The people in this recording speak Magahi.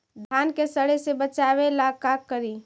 धान के सड़े से बचाबे ला का करि?